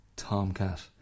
tomcat